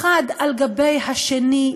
אחת על גבי השנייה,